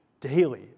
daily